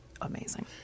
Amazing